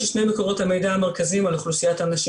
ששני מקורות המידע המרכזיים על אוכלוסיית האנשים